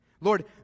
Lord